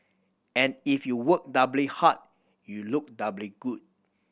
and if you work doubly hard you look doubly good